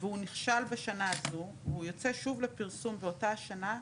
והוא נכשל בשנה זו והוא יוצא שוב לפרסום באותה השנה,